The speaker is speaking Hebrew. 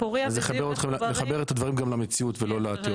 אז נחבר את הדברים גם למציאות ולא רק לתיאוריות.